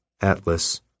Atlas